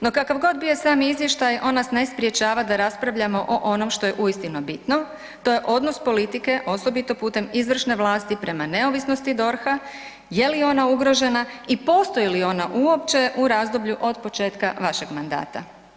No, kakav god bio sam izvještaj on ne sprječava da raspravljamo o onom što je uistinu bitno, to je odnos politike osobito putem izvršne vlasti prema neovisnosti DORH-a, je li ona ugrožena i postoji li ona uopće u razdoblju od početka vašeg mandata.